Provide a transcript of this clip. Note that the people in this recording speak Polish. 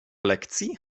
lekcji